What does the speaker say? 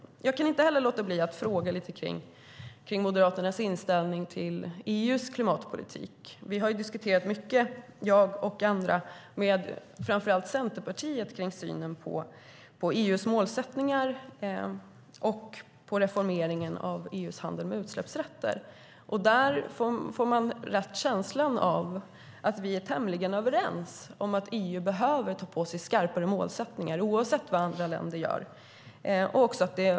Jag kan inte låta bli att fråga om Moderaternas inställning till EU:s klimatpolitik. Jag och andra har diskuterat mycket med framför allt Centerpartiet synen på EU:s målsättningar och på reformeringen av EU:s handel med utsläppsrätter. Där får man lätt känslan av att vi är tämligen överens om att EU behöver ta på sig mer i form av skarpare målsättningar oavsett vad andra länder gör.